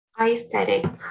Aesthetic